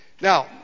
Now